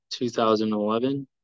2011